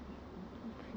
expensive sia